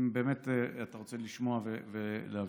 אם אתה באמת רוצה לשמוע ולהבין,